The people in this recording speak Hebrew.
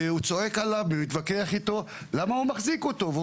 והוא צועק עליו ומתווכח איתו למה הוא מחזיק אותו והוא